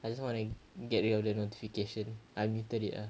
I just want to get rid of the notification I muted it ah